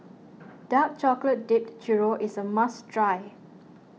Dark Chocolate Dipped Churro is a must try